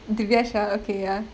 diviashar okay ya